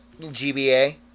GBA